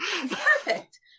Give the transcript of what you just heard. perfect